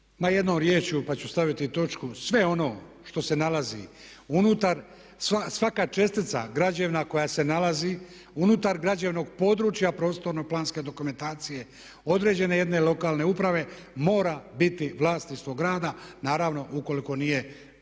jednom riječju pa ću staviti točku, sve ono što se nalazi unutar, svaka čestica građevna koja se nalazi unutar građevnog područja prostorno-planske dokumentacije određene jedne lokalne uprave mora biti vlasništvo grada, naravno ukoliko nije privatna